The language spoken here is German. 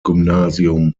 gymnasium